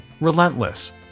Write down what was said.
relentless